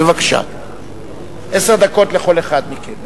בבקשה, אדוני.